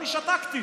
אני שתקתי.